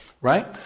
right